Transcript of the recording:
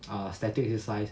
ah static exercise